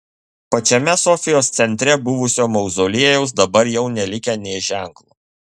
pačiame sofijos centre buvusio mauzoliejaus dabar jau nelikę nė ženklo